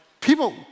people